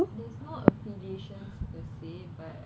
there's no affliation per se but